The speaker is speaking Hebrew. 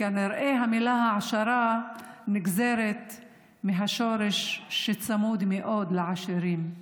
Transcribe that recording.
כנראה המילה "העשרה" נגזרת מהשורש שצמוד מאוד לעשירים,